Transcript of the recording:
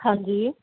ਹਾਂਜੀ